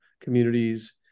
communities